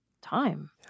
time